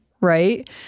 right